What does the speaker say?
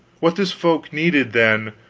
what this folk needed, then,